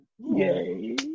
Yay